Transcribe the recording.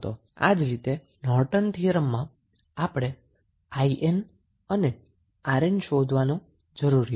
આજ રીતે નોર્ટન થીયરમમાં પણ આપણે 𝐼𝑁 અને 𝑅𝑁 શોધવો જરૂરી છે